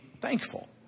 thankful